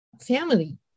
family